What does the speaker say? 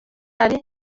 hari